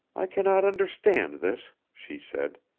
i cannot understand this, she said.